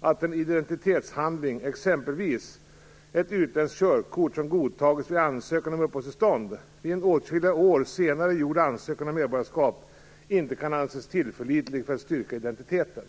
att en identitetshandling, exempelvis ett utländskt körkort, som godtagits vid ansökan om uppehållstillstånd, vid en åtskilliga år senare gjord ansökan om medborgarskap inte kan anses tillförlitlig för att styrka identiteten.